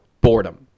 boredom